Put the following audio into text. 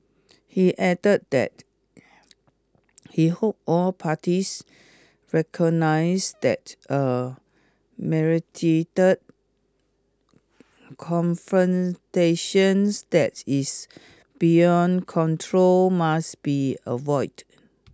he added that he hoped all parties recognise that a that is beyond control must be avoid